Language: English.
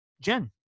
jen